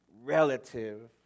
relative